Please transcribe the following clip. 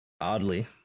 oddly